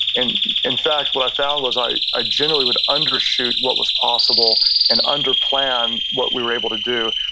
and in fact what i found was i ah generally would undershoot what was possible and underplan what we were able to do.